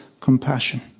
compassion